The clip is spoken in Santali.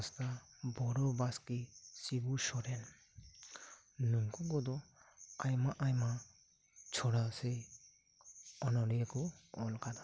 ᱵᱚᱠᱩᱞ ᱦᱟᱥᱫᱟ ᱵᱚᱲᱚ ᱵᱟᱥᱠᱤ ᱥᱤᱵᱩ ᱥᱚᱨᱮᱱ ᱱᱩᱠᱩ ᱠᱚᱫᱚ ᱟᱭᱢᱟ ᱟᱭᱢᱟ ᱪᱷᱚᱲᱟ ᱥᱮ ᱚᱱᱚᱞᱤᱭᱟᱹ ᱠᱚ ᱚᱞ ᱟᱠᱟᱫᱟ